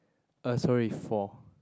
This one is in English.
uh sorry four